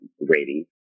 rating